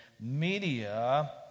media